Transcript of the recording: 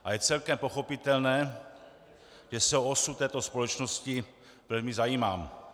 A je celkem pochopitelné, že se o osud této společnosti velmi zajímám.